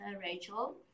Rachel